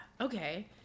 okay